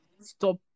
stop